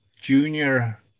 junior